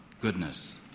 goodness